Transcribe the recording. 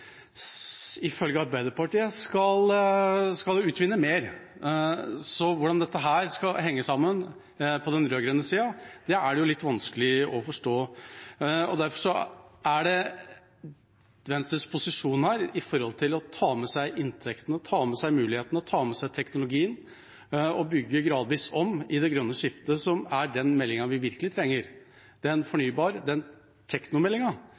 skal de utvinne mer. Hvordan dette skal henge sammen på den rød-grønne sida, er det litt vanskelig å forstå. Derfor er Venstres posisjon her – når det gjelder å ta med seg inntektene, mulighetene og teknologien og å bygge gradvis om i det grønne skiftet – at den meldingen vi virkelig trenger,